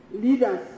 leaders